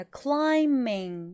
climbing